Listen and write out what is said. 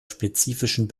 spezifischen